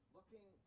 Looking